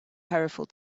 powerful